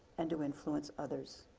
and to influence others.